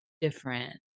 different